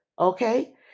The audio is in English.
okay